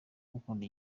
gukunda